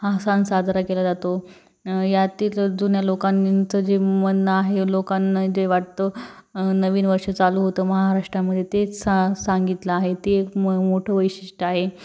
हा सण साजरा केला जातो यातील जुन्या लोकांचं जे म्हणणं आहे लोकांना जे वाटतं नवीन वर्ष चालू होतं महाराष्ट्रामध्ये तेच सा सांगितलं आहे ते एक मं मोठं वैशिष्ट्य आहे